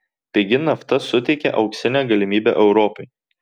pigi nafta suteikia auksinę galimybę europai